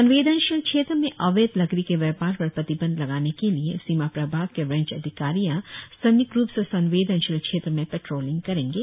संवेदनशील क्षेत्र में अवैध लकड़ी के व्यापार पर प्रतिबंध लगाने के लिए सीमा प्रभाग के रेंज अधिकारियां संय्क्त रुप से संवेदनशील क्षेत्रों में पेट्रोलिंग करेंगे